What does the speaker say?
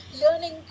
Learning